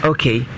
Okay